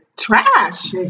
Trash